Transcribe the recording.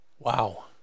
Wow